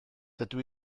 dydw